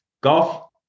golf